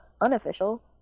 unofficial